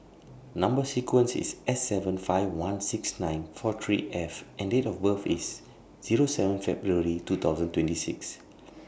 Number sequence IS S seven five one six nine four three F and Date of birth IS Zero seven February two thousand twenty six